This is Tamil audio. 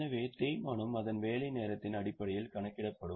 எனவே தேய்மானம் அதன் வேலை நேரத்தின் அடிப்படையில் கணக்கிடப்படும்